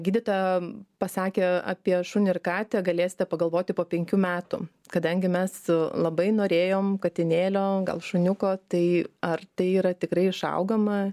gydytoja pasakė apie šunį ir katę galėsite pagalvoti po penkių metų kadangi mes labai norėjom katinėlio gal šuniuko tai ar tai yra tikrai išaugama